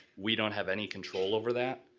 we don't have any control over that.